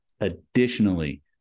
Additionally